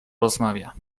rozmawia